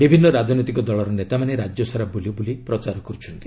ବିଭିନ୍ନ ରାଜନୈତିକ ଦଳର ନେତାମାନେ ରାଜ୍ୟସାରା ବୁଲିବୁଲି ପ୍ରଚାର କରୁଛନ୍ତି